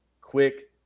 quick